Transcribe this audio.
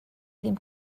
ddim